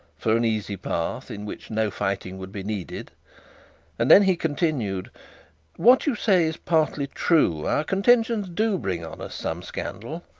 for an easy path in which no fighting would be needed and then he continued what you say is partly true our contentions do bring on us some scandal.